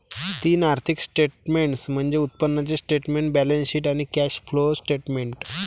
तीन आर्थिक स्टेटमेंट्स म्हणजे उत्पन्नाचे स्टेटमेंट, बॅलन्सशीट आणि कॅश फ्लो स्टेटमेंट